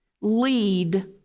lead